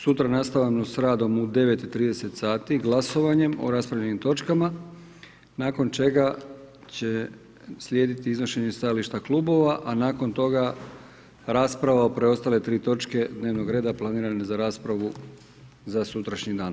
Sutra nastavljamo s radom u 9,30 sati glasovanjem o raspravljenim točkama nakon čega će slijediti iznošenje stajališta klubova, a nakon toga rasprava o preostale tri točke dnevnog reda planirane za raspravu za sutrašnji dan.